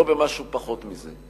לא במשהו פחות מזה.